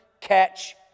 catch